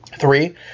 Three